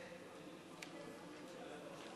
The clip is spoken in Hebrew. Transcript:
בגלל הקואליציה.